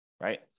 right